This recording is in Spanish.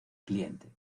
cliente